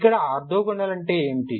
ఇక్కడ ఆర్తోగోనల్ అంటే ఏమిటి